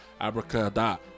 abracadabra